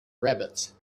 rabbits